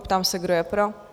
Ptám se, kdo je pro?